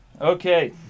Okay